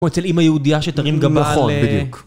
או אצל אימא יהודיה שתרים גם בכון בדיוק